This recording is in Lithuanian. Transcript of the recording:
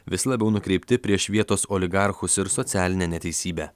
vis labiau nukreipti prieš vietos oligarchus ir socialinę neteisybę